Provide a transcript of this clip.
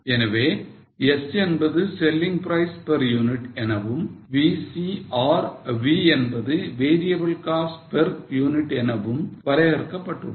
எனவே S என்பது selling price per unit எனவும் VC or V என்பது variable cost per unit எனவும் வரையறுக்கப்பட்டுள்ளது